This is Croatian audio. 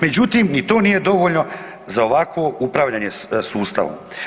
Međutim, ni to nije dovoljno za ovakvo upravljanje sustavom.